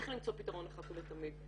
צריך למצוא פתרון אחת ולתמיד.